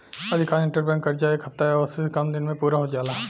अधिकांश इंटरबैंक कर्जा एक हफ्ता या ओसे से कम दिन में पूरा हो जाला